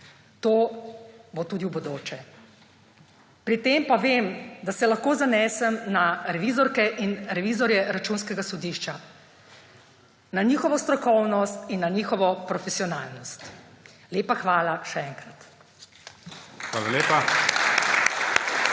To bo tudi v bodoče. Pri tem pa vem, da se lahko zanesem na revizorke in revizorje Računskega sodišča, na njihovo strokovnost in na njihovo profesionalnost. Lepa hvala še enkrat. / aplavz/